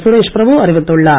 சுரேஷ் பிரபு அறிவித்துள்ளார்